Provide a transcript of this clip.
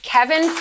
Kevin